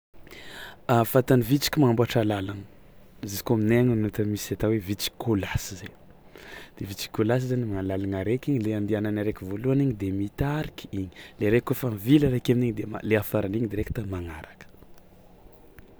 A fatan'ny vitsiky mamboàtra làlagna z- izy kôa aminay agny natao misy atao hoe vitsiky kôlasy zay de vitsiky kôlasy zany mana làlagna araiky igny le andianana araiky voalohany igny de mitariky igny, le raiky kaofa mivily araiky amin'igny de ma- le afarany igny direkta magnaraka.